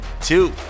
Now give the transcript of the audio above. two